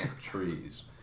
trees